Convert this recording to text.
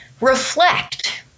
reflect